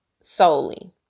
solely